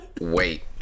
Wait